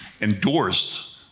endorsed